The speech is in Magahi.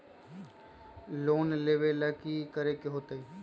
लोन लेवेला की करेके होतई?